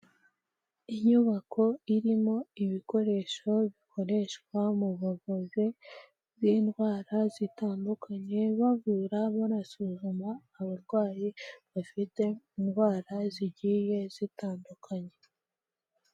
Inyubako irimo ibikoresho bikoreshwa mu buvuzi bw'indwara zitandukanye bavura barasuzuma abarwayi bafite indwara zigiye zitandukanye.